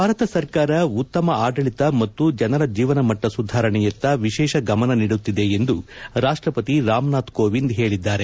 ಭಾರತ ಸರ್ಕಾರ ಉತ್ತಮ ಆಡಳಿತ ಮತ್ತು ಜನರ ಜೀವನಮಟ್ಟ ಸುಧಾರಣೆಯತ್ತ ವಿಶೇಷ ಗಮನ ನೀಡುತ್ತಿದೆ ಎಂದು ರಾಷ್ಟಪತಿ ರಾಮನಾಥ್ ಕೋವಿಂದ್ ಹೇಳಿದ್ದಾರೆ